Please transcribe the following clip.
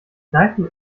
kneifen